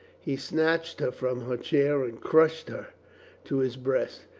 he snatched her from her chair and crushed her to his breast.